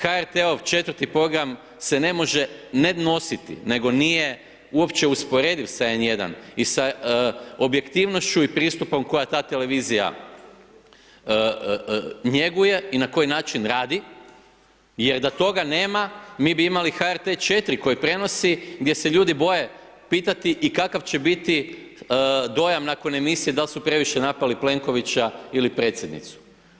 HRT-ov 4. program se ne može ne nositi, nego nije uopće usporediv sa N1 i sa objektivnošću i pristupom koja ta televizija njeguje i na koji način radi jer da toga nema, mi bi imali HRT 4 koji prenosi gdje se ljudi boje pitati i kakav će biti dojam nakon emisije da li su previše napali Plenkovića ili predsjednicu.